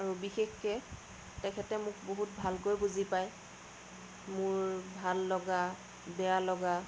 আৰু বিশেষকৈ তেখেতে মোক বহুত ভালকৈ বুজি পায় মোৰ ভাল লগা বেয়া লগা